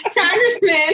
Congressman